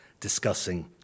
discussing